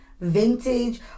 vintage